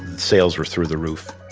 sales were through the roof.